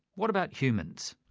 what about humans?